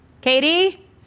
Katie